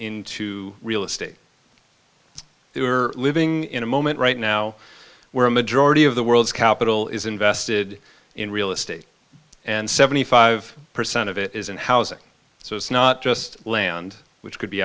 into real estate who are living in a moment right now where a majority of the world's capital is invested in real estate and seventy five percent of it is in housing so it's not just land which could be